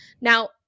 Now